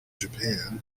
japan